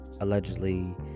allegedly